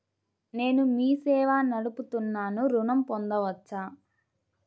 నేను మీ సేవా నడుపుతున్నాను ఋణం పొందవచ్చా?